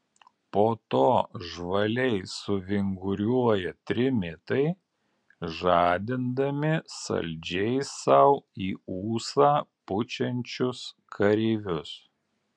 po to žvaliai suvinguriuoja trimitai žadindami saldžiai sau į ūsą pučiančius kareivius